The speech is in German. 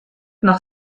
nach